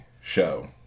show